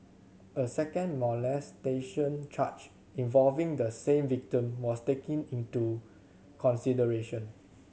a second molestation charge involving the same victim was taken into consideration